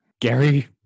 Gary